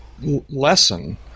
lesson